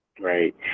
Right